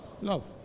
Love